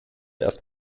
erst